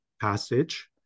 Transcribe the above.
passage